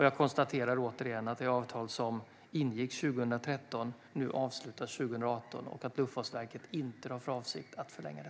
Jag konstaterar återigen att det avtal som ingicks 2013 nu avslutas 2018 och att Luftfartsverket inte har för avsikt att förlänga det.